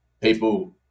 people